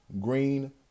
green